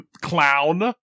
Clown